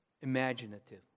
imaginative